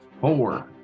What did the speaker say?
Four